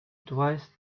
twice